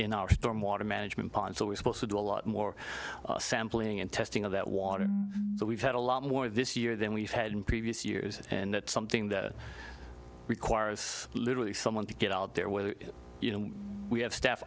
in our stormwater management pond so we supposed to do a lot more sampling and testing of that water that we've had a lot more this year than we've had in previous years and that's something that requires literally someone to get out there with you know we have staff